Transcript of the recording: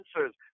answers